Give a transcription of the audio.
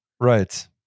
Right